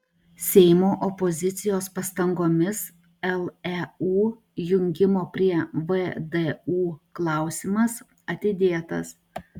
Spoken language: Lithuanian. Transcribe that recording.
seimo opozicijos pastangomis leu jungimo prie vdu klausimas atidėtas